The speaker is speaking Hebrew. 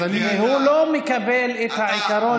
הוא לא מקבל את העיקרון של,